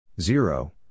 Zero